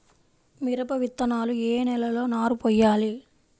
మిరప విత్తనాలు ఏ నెలలో నారు పోయాలి?